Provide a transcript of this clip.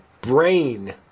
brain